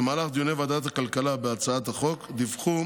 במהלך דיוני ועדת הכלכלה בהצעת החוק דיווחו